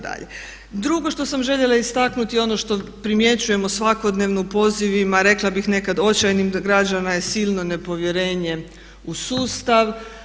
Drugo što sam željela istaknuti je ono što primjećujem svakodnevno u pozivima rekla bih nekad očajnih građana je silno nepovjerenje u sustav.